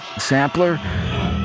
sampler